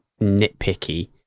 nitpicky